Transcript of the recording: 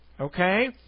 Okay